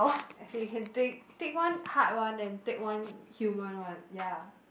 as in you can tick tick one hard one then tick one human one ya